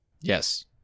Yes